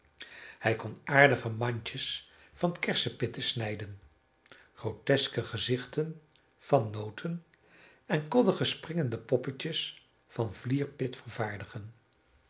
hij kon aardige mandjes van kersepitten snijden groteske gezichten van noten en koddige springende popjes van vlierpit vervaardigen